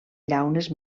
llaunes